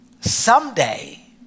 someday